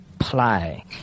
apply